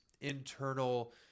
internal